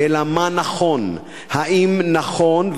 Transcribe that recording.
אלא מה נכון: האם נכון,